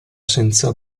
senza